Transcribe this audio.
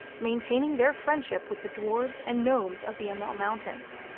maintaining their friendship with the dwarves and gnomes of the amell mountains.